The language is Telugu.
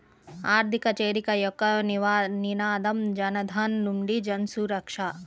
ఆర్థిక చేరిక యొక్క నినాదం జనధన్ నుండి జన్సురక్ష